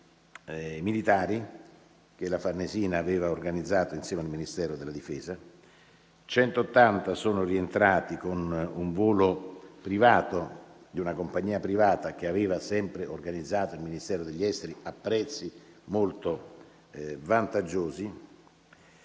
militari che la Farnesina ha organizzato insieme al Ministero della difesa; 180 sono rientrati con un volo di una compagnia privata, che ha organizzato sempre il Ministero degli esteri a prezzi molto vantaggiosi.